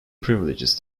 privileges